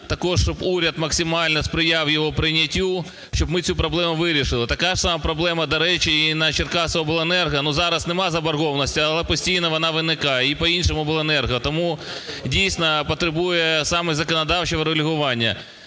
також щоб уряд максимально сприяв його прийняттю, щоб ми цю проблему вирішили, така ж сама проблема, до речі, і на "Черкасиобленерго". Ну зараз немає заборгованості, але постійно вона виникає і по іншому обленерго, тому дійсно потребує саме законодавчого врегулювання.